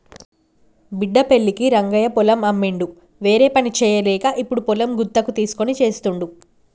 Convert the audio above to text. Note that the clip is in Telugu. బిడ్డ పెళ్ళికి రంగయ్య పొలం అమ్మిండు వేరేపని చేయలేక ఇప్పుడు పొలం గుత్తకు తీస్కొని చేస్తుండు